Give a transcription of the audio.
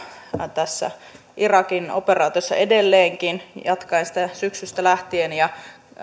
tässä irakin operaatiossa edelleenkin ja on jatkanut sitä syksystä lähtien ja